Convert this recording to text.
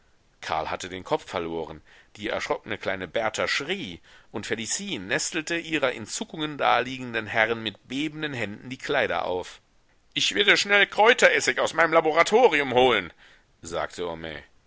karl hatte den kopf verloren die erschrockene kleine berta schrie und felicie nestelte ihrer in zuckungen daliegenden herrin mit bebenden händen die kleider auf ich werde schnell kräuteressig aus meinem laboratorium holen sagte homais